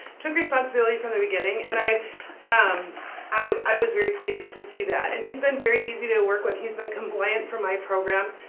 took responsibility from the beginning, and i um i was very pleased to see that and he's been very easy to work with. he's been compliant from my program.